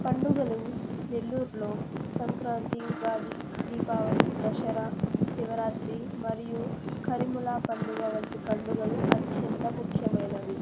పండుగలు నెల్లూరులో సంక్రాంతి ఉగాది దీపావళి దసరా శివరాత్రి మరియు కరీముల్లా పండుగ వంటి పండుగలు అత్యంత ముఖ్యమైనవి